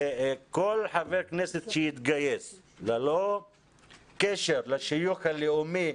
כל חבר כנסת שיתגייס ללא קשר לשיוך הלאומי,